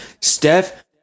Steph